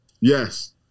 Yes